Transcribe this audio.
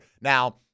now